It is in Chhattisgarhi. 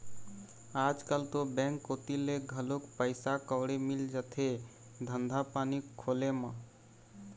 आजकल तो बेंक कोती ले घलोक पइसा कउड़ी मिल जाथे धंधा पानी खोले म